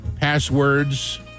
passwords